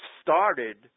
started